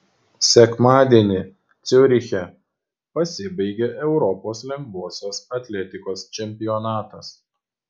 sekmadienį ciuriche pasibaigė europos lengvosios atletikos čempionatas